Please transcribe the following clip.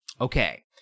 Okay